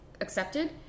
accepted